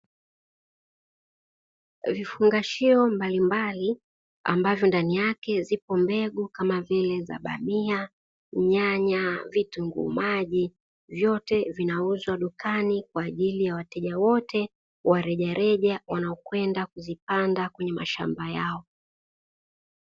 Vifungashio mbalimbali ambavyo ndani yake zipo mbegu kama vile za: bamia, nyanya, vitunguu maji, vyote vinauzwa dukani kwa ajili ya wateja wote wa rejareja wanaokwenda kuzipanda kwenye mashamba yao.